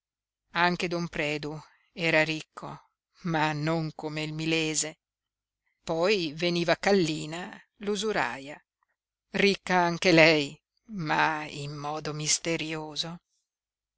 anche don predu era ricco ma non come il milese poi veniva kallina l'usuraia ricca anche lei ma in modo misterioso